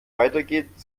weitergeht